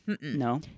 no